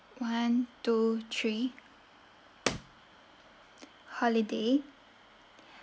one two three holiday